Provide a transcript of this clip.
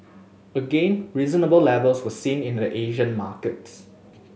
again reasonable levels were seen in the Asian markets